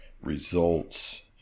results